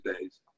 days